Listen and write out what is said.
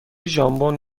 ژامبون